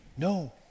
No